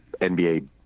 NBA